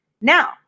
now